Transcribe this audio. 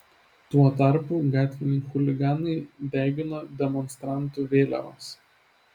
tuo tarpu gatviniai chuliganai degino demonstrantų vėliavas